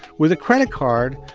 with a credit card,